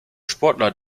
sportler